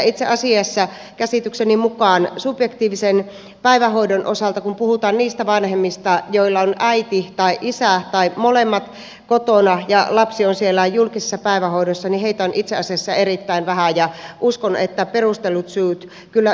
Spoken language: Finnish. itse asiassa käsitykseni mukaan subjektiivisen päivähoidon osalta kun puhutaan niistä vanhemmista joista on äiti tai isä tai molemmat kotona ja lapsi on siellä julkisessa päivähoidossa heitä on itse asiassa erittäin vähän ja uskon että perustellut syyt kyllä yleensä löytyvät